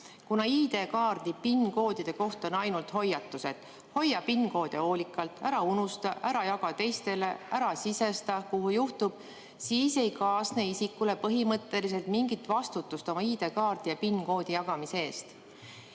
Kuna ID‑kaardi PIN‑koodide kohta on ainult hoiatused, et hoia PIN‑koode hoolikalt, ära unusta, ära jaga teistele, ära sisesta, kuhu juhtub, siis ei kaasne isikule põhimõtteliselt mingit vastutust oma ID‑kaardi ja PIN‑koodide jagamise eest.